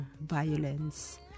violence